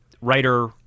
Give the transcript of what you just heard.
writer